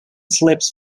slips